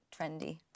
trendy